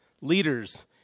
leaders